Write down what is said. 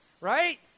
right